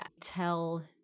tell